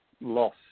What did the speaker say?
loss